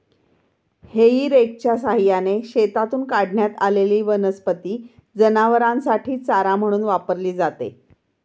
हेई रेकच्या सहाय्याने शेतातून काढण्यात आलेली वनस्पती जनावरांसाठी चारा म्हणून वापरली जाते